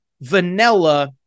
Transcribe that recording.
vanilla